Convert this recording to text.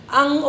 ang